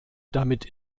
damit